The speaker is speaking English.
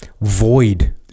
void